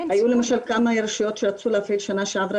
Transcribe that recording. היו למשל כמה רשויות שרצו להפעיל בשנה שעברה